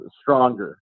stronger